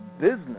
business